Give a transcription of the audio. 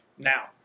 Now